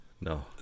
No